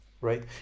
right